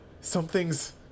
Something's